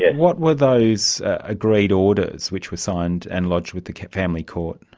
and what were those agreed orders which were signed and lodged with the family court?